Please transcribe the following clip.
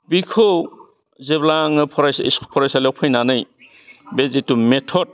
बिखौ जेब्ला आङो फरायसा इस फरायसालियाव फैनानै बे जिथु मेटद